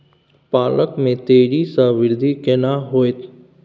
पालक में तेजी स वृद्धि केना होयत?